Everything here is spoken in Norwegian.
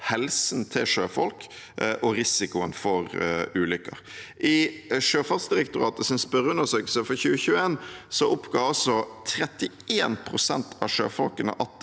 helsen til sjøfolk og risikoen for ulykker. I Sjøfartsdirektoratets spørreundersøkelse for 2021 oppga 31 pst. av sjøfolkene at